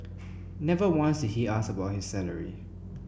never once he ask about his salary